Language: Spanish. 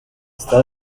está